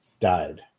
died